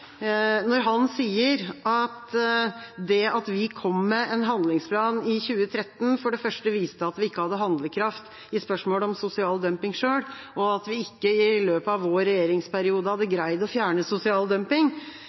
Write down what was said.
når han sier at det at vi kom med en handlingsplan i 2013 for det første viste at vi ikke hadde handlekraft i spørsmålet om sosial dumping selv, og at vi ikke i løpet av vår regjeringsperiode hadde greid å fjerne sosial dumping,